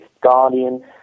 Guardian